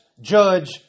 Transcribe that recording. judge